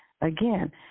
again